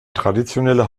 traditionelle